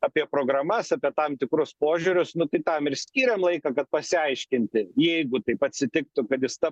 apie programas apie tam tikrus požiūrius nu tai tam ir skyrėm laiką kad pasiaiškinti jeigu taip atsitiktų kad jis tap